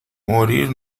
morir